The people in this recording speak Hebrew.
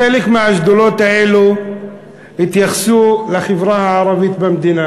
חלק מהשדולות האלה התייחסו לחברה הערבית במדינה,